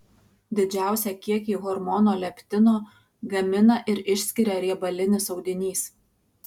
didžiausią kiekį hormono leptino gamina ir išskiria riebalinis audinys